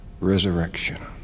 resurrection